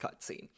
cutscene